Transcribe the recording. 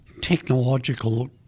technological